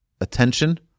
attention